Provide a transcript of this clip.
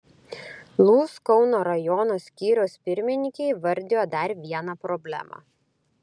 lūs kauno rajono skyriaus pirmininkė įvardijo dar vieną problemą